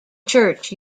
church